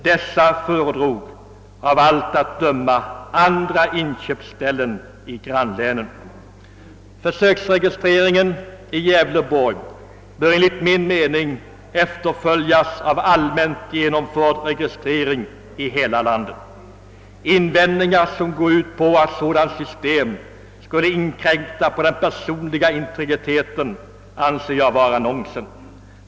Dessa föredrog av allt att döma andra inköpsställen i grannlänen. Försöksregistreringen i Gävleborgs län bör enligt min mening efterföljas av allmänt genomförd registrering i hela landet. Invändningar som går ut på att ett sådant system skulle inkräkta på den personliga integriteten anser jag vara nonsens.